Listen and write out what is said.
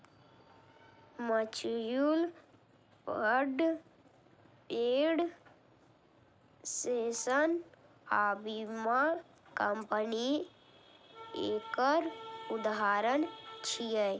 mutual fund, pension आ बीमा company एकर उदाहरण छियै